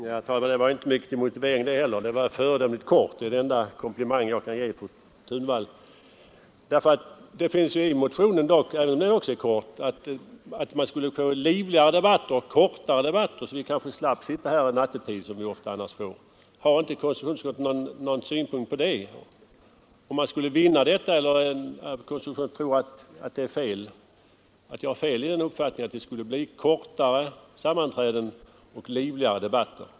Herr talman! Det var inte mycket till motivering det heller. Den var föredömligt kort. Det är den enda komplimang jag kan ge fru Thunvall. Motionens mening är, även om den också är kort, att vi skulle få livligare och kortare debatter så att vi slapp sitta här nattetid, som vi ju ofta får. Har inte konstitutionsutskottet någon synpunkt på detta? Skulle man kunna vinna något eller tror konstitutionsutskottet att jag har fel i min uppfattning att det skulle bli kortare sammanträden och livligare debatter?